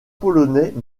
polonais